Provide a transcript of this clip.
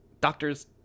doctors